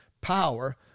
power